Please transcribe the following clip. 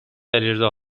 علیرضا